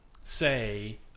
say